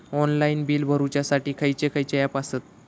Online bill भरुच्यासाठी खयचे खयचे ऍप आसत?